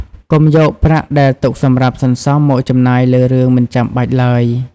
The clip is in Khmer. កុំយកប្រាក់ដែលទុកសម្រាប់សន្សំមកចំណាយលើរឿងមិនចាំបាច់ឡើយ។